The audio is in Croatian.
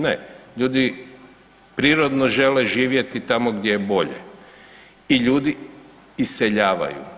Ne, ljudi prirodno žele živjeti tamo gdje je bolje i ljudi iseljavaju.